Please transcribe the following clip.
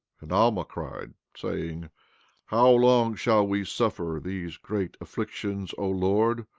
and alma cried, saying how long shall we suffer these great afflictions, o lord?